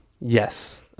yes